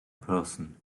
person